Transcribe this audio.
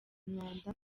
umwanda